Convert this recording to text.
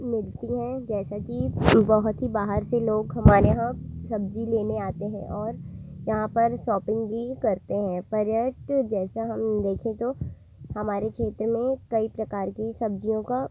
मिलती हैं जैसा कि बहुत ही बाहर से लोग हमारे यहाँ सब्जी लेने आते हैं और यहाँ पर सॉपिंग भी करते हैं पर्यटन जैसे हम देखें तो हमारे क्षेत्र में कई प्रकार की सब्जियों का